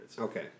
Okay